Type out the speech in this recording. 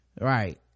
right